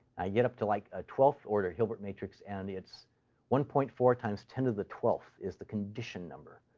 i get up to, like, a twelfth order order hilbert matrix, and it's one point four times ten to the twelfth is the condition number.